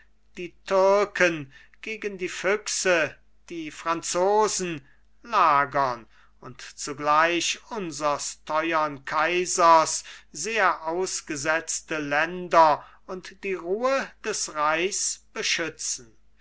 die türken gegen die füchse die franzosen lagern und zugleich unsers teuern kaisers sehr ausgesetzte länder und die ruhe des reichs beschützen